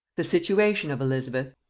the situation of elizabeth,